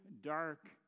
dark